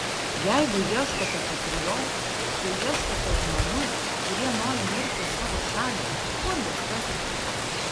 jeigu ieškote patriotų jei ieškote žmonių kurie nori mirti už savo šalį kur juos rasite